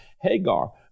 Hagar